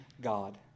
God